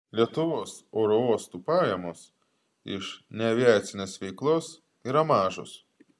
lietuvos oro uostų pajamos iš neaviacinės veiklos yra mažos